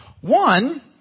One